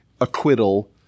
acquittal